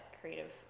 creative